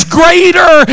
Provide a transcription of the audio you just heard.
greater